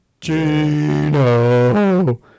Gino